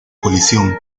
colisión